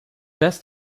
best